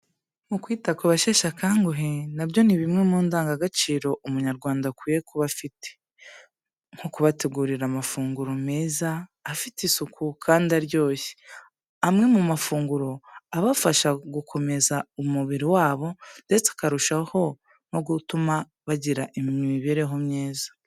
Mu kwita ku basheshe akanguhe na byo ni bimwe mu ndangagaciro Umunyarwanda akwiye kuba afite. Nko kubategurira amafunguro meza, afite isuku, kandi aryoshye, amwe mu mafunguro abafasha gukomeza umubiri wabo, ndetse akarushaho no gutuma bagira imibereho myiza.